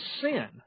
sin